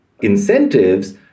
incentives